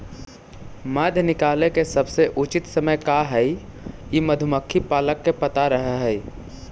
मध निकाले के सबसे उचित समय का हई ई मधुमक्खी पालक के पता रह हई